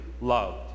loved